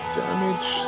damage